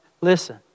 listen